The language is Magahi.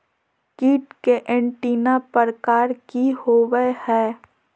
कीट के एंटीना प्रकार कि होवय हैय?